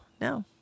No